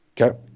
okay